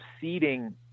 seeding